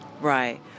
Right